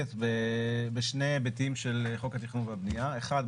עוסקת בשני היבטים של חוק התכנון והבנייה אחד,